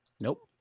Nope